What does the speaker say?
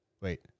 Wait